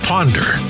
Ponder